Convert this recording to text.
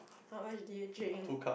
how much did you drink